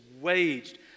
waged